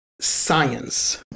science